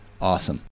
Awesome